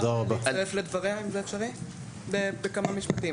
אני אשמח להצטרף לדבריה בכמה משפטים.